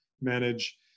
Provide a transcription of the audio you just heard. manage